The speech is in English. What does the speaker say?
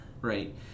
right